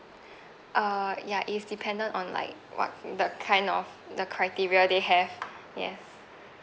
uh ya is dependent on like what the kind of the criteria they have yes